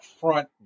front